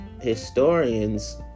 historians